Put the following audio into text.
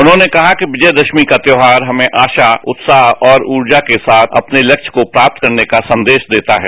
उन्होंने कहा कि विजयदशमी का त्योहार हमें आशा जत्साह और कर्जा र्क साथ अपने लस्प को प्राप्त करने का संदेश देता है